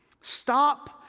Stop